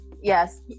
Yes